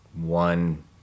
one